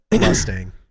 Mustang